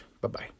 Bye-bye